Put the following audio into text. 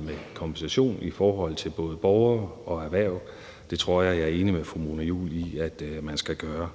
med en kompensation i forhold til både borgere og erhverv. Det tror jeg jeg er enig med fru Mona Juul i at man skal gøre.